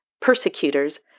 persecutors